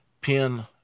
pin